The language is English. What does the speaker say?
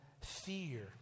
fear